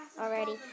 already